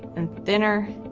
and thinner,